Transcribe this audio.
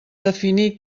definir